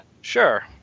Sure